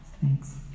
thanks